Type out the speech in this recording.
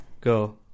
go